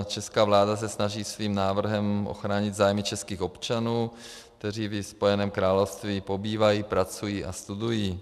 Česká vláda se snaží svým návrhem ochránit zájmy českých občanů, kteří ve Spojeném království pobývají, pracují a studují.